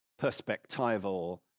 perspectival